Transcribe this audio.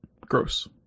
gross